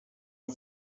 une